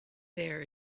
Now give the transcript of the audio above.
there